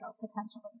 potentially